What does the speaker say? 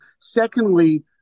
Secondly